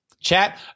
Chat